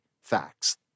facts